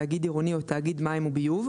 תאגיד עירוני או תאגיד מים וביוב,